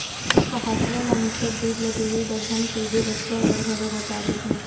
पहाटिया ल निच्चट दूद ल दूहे बर झन कहिबे बछवा बर घलो बचा देही